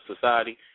society